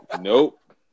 Nope